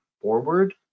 forward